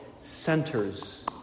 centers